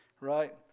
right